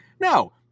no